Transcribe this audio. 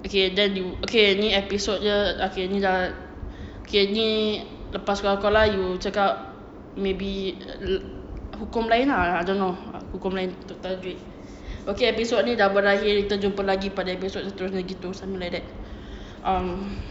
okay then you okay ni episodenya okay ni dah okay ni lepas qalqalah you cakap maybe hukum lain lah I don't know hukum lain untuk tajwid okay episode ni dah berakhir kita jumpa lagi pada episode seterusnya gitu something like that um